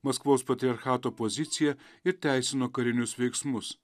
maskvos patriarchato poziciją ir teisino karinius veiksmus